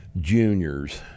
juniors